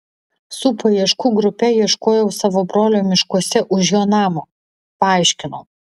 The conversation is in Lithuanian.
su paieškų grupe ieškojau savo brolio miškuose už jo namo paaiškinau